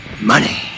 Money